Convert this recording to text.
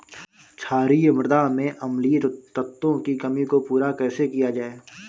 क्षारीए मृदा में अम्लीय तत्वों की कमी को पूरा कैसे किया जाए?